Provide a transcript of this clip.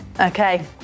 Okay